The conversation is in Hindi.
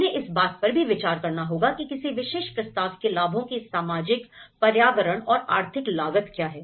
उन्हें इस बात पर भी विचार करना होगा कि किसी विशेष प्रस्ताव के लाभों की सामाजिक पर्यावरण और आर्थिक लागत क्या है